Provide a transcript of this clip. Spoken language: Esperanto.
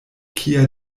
kia